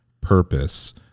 purpose